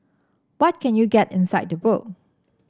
what can you get inside the book